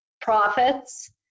profits